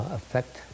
Affect